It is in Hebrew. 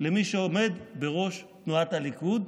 למי שעומד בראש תנועת הליכוד,